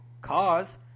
cause